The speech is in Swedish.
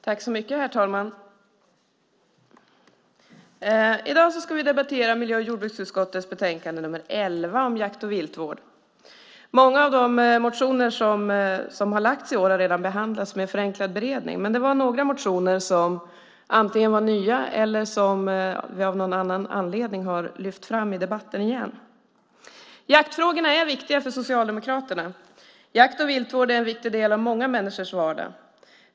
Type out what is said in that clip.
Herr talman! I dag ska vi debattera miljö och jordbruksutskottets betänkande nr 11 om jakt och viltvård. Många av de motioner som har väckts i år har redan behandlats med hjälp av förenklad beredning, men det är några motioner som antingen är nya eller av någon anledning har lyfts fram i debatten igen. Jaktfrågorna är viktiga för Socialdemokraterna. Jakt och viltvård är en viktig del av många människors vardag.